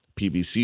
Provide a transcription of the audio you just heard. PBC